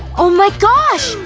oh my gosh!